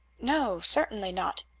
no certainly not.